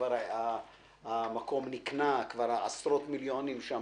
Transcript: כאשר המקום כבר נקנה וכבר השקיעו עשרות מיליוני שקלים.